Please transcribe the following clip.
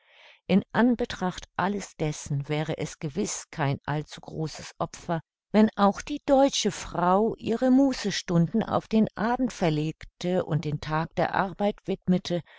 im anbetracht alles dessen wäre es gewiß kein allzu großes opfer wenn auch die deutsche frau ihre mußestunden auf den abend verlegte und den tag der arbeit widmete